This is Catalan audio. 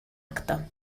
acte